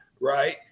right